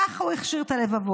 כך הוא הכשיר את הלבבות.